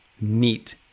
neat